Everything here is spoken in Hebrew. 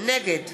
נגד